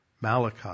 Malachi